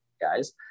guys